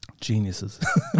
Geniuses